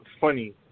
Funny